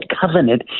Covenant